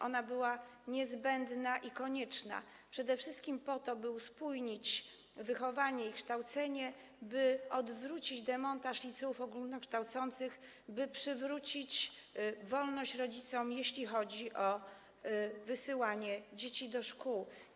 Ona byłą niezbędna, konieczna, przede wszystkim po to, by uspójnić wychowanie i kształcenie, by odwrócić proces demontażu liceów ogólnokształcących, by przywrócić wolność rodzicom, jeśli chodzi o wysyłanie dzieci do szkół.